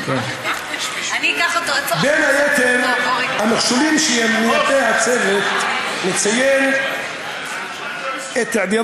בין יתר המכשולים שמיפה הצוות נציין: היעדר